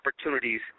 opportunities